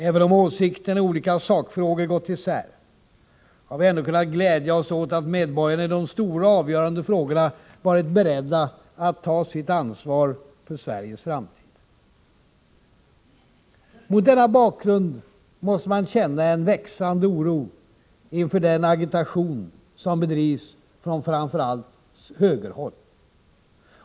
Även om åsikterna i olika sakfrågor gått isär, har vi ändå kunnat glädja oss åt att medborgarna i det stora och avgörande frågorna varit beredda att ta sitt ansvar för Sveriges framtid. Mot denna bakgrund måste man känna en växande oro inför den agitation som bedrivs från framför allt högerhåll.